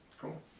Cool